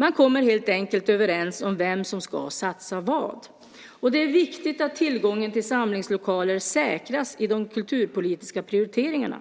Man kommer helt enkelt överens om vem som ska satsa vad. Det är viktigt att tillgången till samlingslokaler säkras i de kulturpolitiska prioriteringarna.